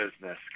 business